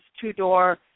two-door